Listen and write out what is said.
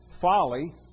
folly